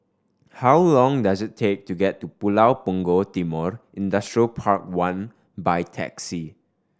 how long does it take to get to Pulau Punggol Timor Industrial Park One by taxi